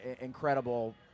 incredible